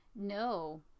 no